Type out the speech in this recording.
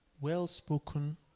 well-spoken